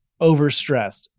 overstressed